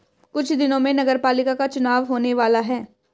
कुछ दिनों में नगरपालिका का चुनाव होने वाला है